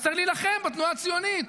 אז צריך להילחם בתנועה הציונית.